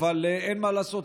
אין מה לעשות,